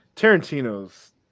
Tarantino's